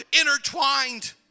intertwined